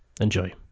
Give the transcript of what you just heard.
Enjoy